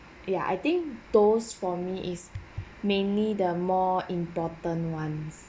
yeah I think those for me is mainly the more important ones